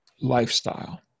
lifestyle